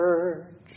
church